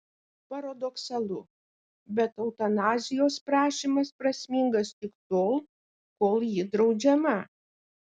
paradoksalu bet eutanazijos prašymas prasmingas tik tol kol ji draudžiama